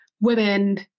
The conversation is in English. women